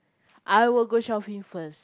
I will go shopping first